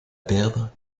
perdre